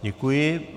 Děkuji.